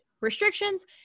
restrictions